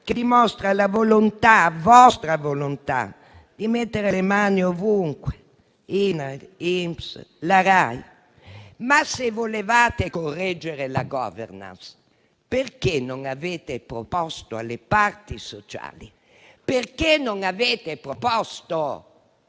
che dimostra la vostra volontà di mettere le mani ovunque (INAIL, INPS e RAI). Tuttavia, se volevate correggere la *governance,* perché non avete proposto alle parti sociali, perché non avete proposto